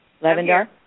Lavendar